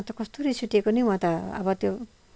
अन्त कस्तो रिस उठेको नि म त अब त्यो